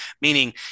meaning